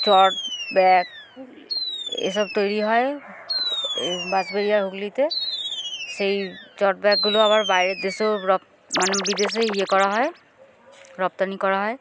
চট ব্যাগ এসব তৈরি হয় এই বাঁশবেড়িয়ার হুগলিতে সেই চট ব্যাগগুলো আবার বাইরের দেশেও রপ মানে বিদেশে ইয়ে করা হয় রপ্তানি করা হয়